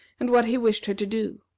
and what he wished her to do.